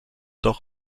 doch